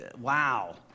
Wow